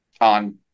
on